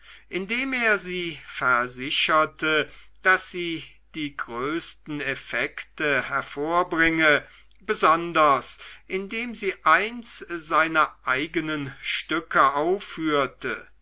indem er sie versicherte daß sie die größten effekte hervorbringe besonders indem sie eins seiner eigenen stücke aufführte